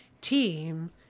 team